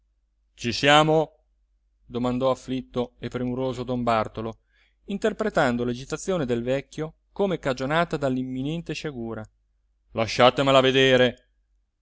ci siamo domandò afflitto e premuroso don bartolo interpretando l'agitazione del vecchio come cagionata dall'imminente sciagura lasciatemela vedere